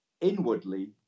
inwardly